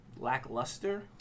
lackluster